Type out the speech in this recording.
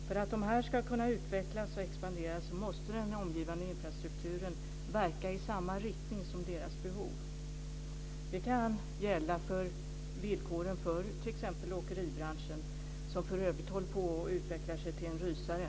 För att dessa företag ska kunna utvecklas och expandera måste den omgivande infrastrukturen verka i samma riktning som behoven. Det kan gälla villkoren för t.ex. åkeribranschen, som för övrigt håller på att utvecklas till en rysare.